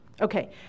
Okay